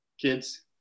kids